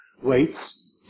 weights